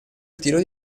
ritiro